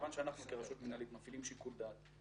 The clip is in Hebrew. כיוון שאנחנו כרשות מינהלית מפעילים שיקול דעת,